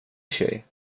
sig